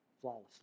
flawlessly